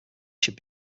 should